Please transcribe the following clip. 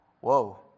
whoa